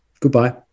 Goodbye